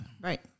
right